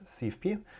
CFP